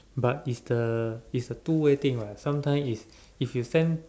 but is the is a two way thing what sometime is if you send